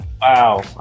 Wow